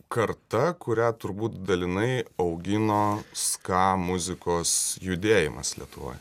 karta kurią turbūt dalinai augino ska muzikos judėjimas lietuvoj